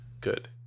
good